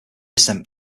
sent